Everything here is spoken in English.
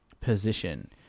position